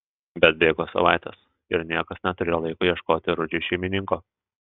bet bėgo savaitės ir niekas neturėjo laiko ieškoti rudžiui šeimininko